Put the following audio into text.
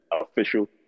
official